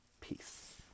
Peace